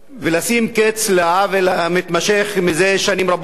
ולשים קץ לעוול המתמשך זה שנים רבות,